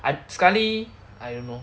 like sekali I don't know